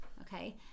okay